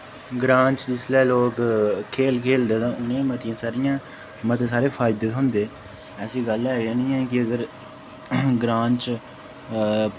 ग्रांऽ च जिसलै लोक खेढ खेढदे तां उ'नें ई मतियां सारियां मते सारे फायदे थ्होंंदे ऐसी गल्ल है गै निं ऐ कि अगर ग्रांऽ च